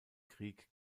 krieg